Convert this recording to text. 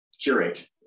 curate